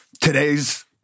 today's